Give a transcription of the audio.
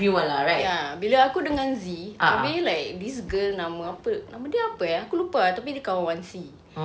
ya ya bila aku dengan zee I mean like this girl nama apa eh nama dia apa eh aku lupa tapi dia kawan zee